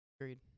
Agreed